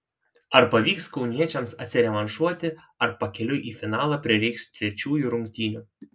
ar pavyks kauniečiams atsirevanšuoti ar pakeliui į finalą prireiks trečiųjų rungtynių